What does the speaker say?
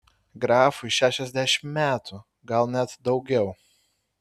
grafui šešiasdešimt metų gal net daugiau